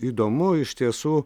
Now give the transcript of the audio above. įdomu iš tiesų